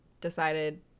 decided